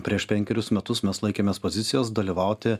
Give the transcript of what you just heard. prieš penkerius metus mes laikėmės pozicijos dalyvauti